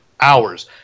hours